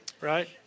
Right